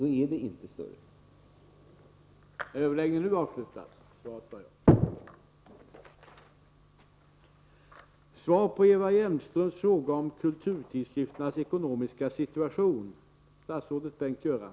Då inser man att de inte är större än jag angivit.